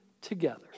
together